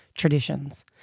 traditions